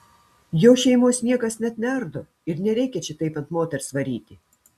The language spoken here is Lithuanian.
jo šeimos niekas net neardo ir nereikia čia taip ant moters varyti